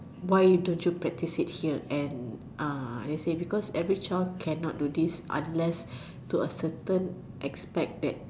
why don't you practise it here and uh they say because they say every child cannot do this unless to an extent aspect that